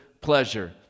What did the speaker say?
pleasure